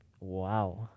Wow